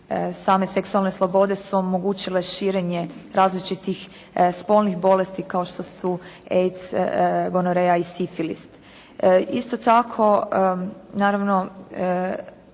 same seksualne slobode su omogućile širenje različitih spolnih bolesti kao što su AIDS, gonoreja i sifilis. Isto tako, naravno